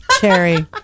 Cherry